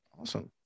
Awesome